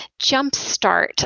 jumpstart